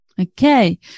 okay